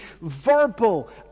verbal